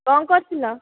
କ'ଣ କରୁଥିଲ